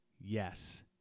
Yes